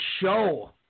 show